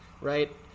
right